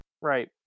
Right